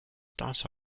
data